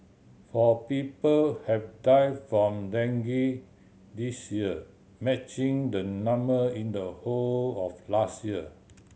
four people have died from dengue this year matching the number in the whole of last year